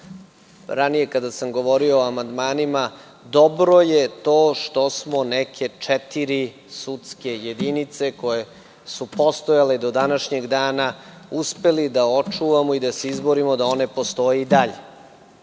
ranije kada sam govorio o amandmanima – dobro je to što smo neke četiri sudske jedinice, koje su postojale do današnjeg dana, uspeli da očuvamo i da se izborimo da one postoje i dalje. Ono